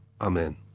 Amen